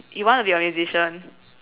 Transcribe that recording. you want to be a musician